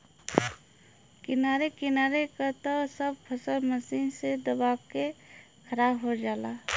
किनारे किनारे क त सब फसल मशीन से दबा के खराब हो जाला